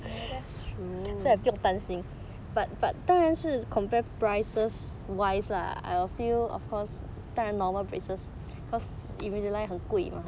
ya that's true